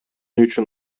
үчүн